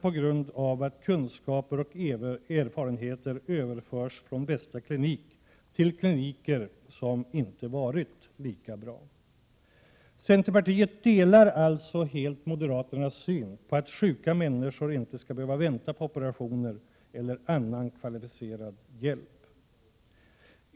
Dessutom överförs kunskaper från den bästa kliniken till kliniker som inte har varit lika bra. Vi i centerpartiet delar alltså helt moderaternas uppfattning om att sjuka människor inte skall behöva vänta på operationer eller annan kvalificerad hjälp.